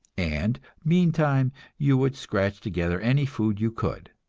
and meantime you would scratch together any food you could.